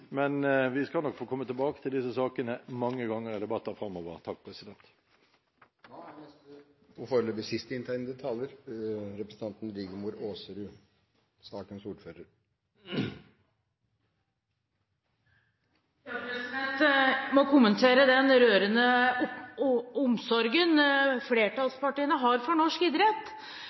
men vi skal nok få kommet tilbake til disse sakene mange ganger i debatter framover. Jeg må kommentere den rørende omsorgen som flertallspartiene har for norsk idrett.